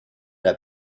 der